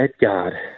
God